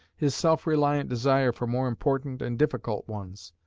his self-reliant desire for more important and difficult ones.